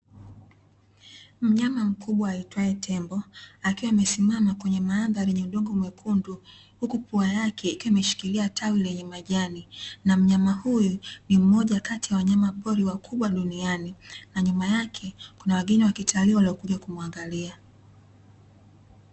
Myama mkubwa aitwaye tembo akiwa amesimama kwenye mandhari yenye udongo mwekundu, huku pua yake ikiwa imeshikilia tawi lenye majani na myama huyu ni mmoja kati ya wanyama wakubwa duniani na nyuma yake kuna wageni wa kitalii waliokuja wakimuangalia.